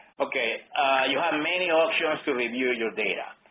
ok you have many options to review your data.